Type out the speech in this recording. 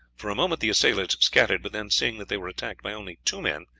for a moment the assailants scattered, but then, seeing that they were attacked by only two men,